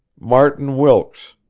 martin wilkes.